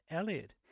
Elliott